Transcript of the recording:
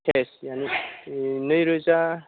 तेस नै रोजा